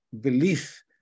belief